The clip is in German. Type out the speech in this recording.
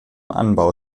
anbau